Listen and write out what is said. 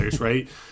right